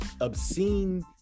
obscene